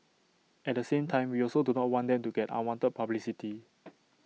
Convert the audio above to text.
at the same time we also do not want them to get unwanted publicity